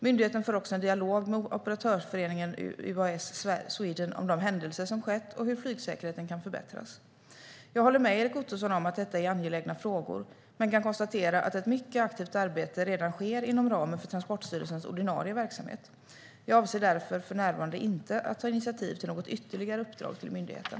Myndigheten för också en dialog med operatörsföreningen UAS Sweden om de händelser som skett och hur flygsäkerheten kan förbättras. Jag håller med Erik Ottoson om att detta är angelägna frågor men kan konstatera att ett mycket aktivt arbete redan sker inom ramen för Transportstyrelsens ordinarie verksamhet. Jag avser därför för närvarande inte att ta initiativ till något ytterligare uppdrag till myndigheten.